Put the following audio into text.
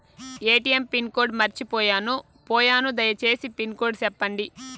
ATM pin code మర్చిపోయాను పోయాను దయసేసి పిన్ కోడ్ సెప్పండి?